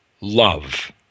love